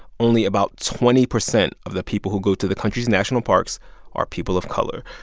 only about twenty percent of the people who go to the country's national parks are people of color.